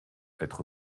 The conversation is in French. être